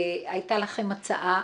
הייתה לכם הצעה,